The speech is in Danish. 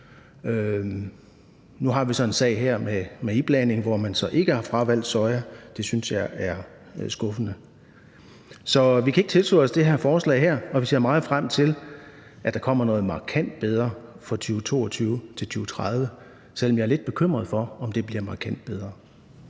Nu har vi så en sag her med iblanding, hvor man så ikke har fravalgt soja; det synes jeg er skuffende. Så vi kan ikke tilslutte os det her forslag, og vi ser meget frem til, at der kommer noget markant bedre for 2022-2030, selv om jeg er lidt bekymret for, om det bliver markant bedre.